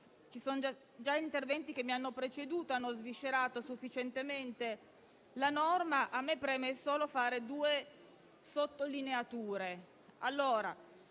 Gli interventi che mi hanno preceduta hanno sviscerato sufficientemente la norma. A me preme compiere solo due sottolineature.